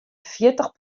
fjirtich